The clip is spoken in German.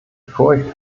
furcht